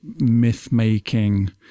myth-making